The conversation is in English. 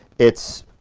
it's